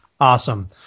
Awesome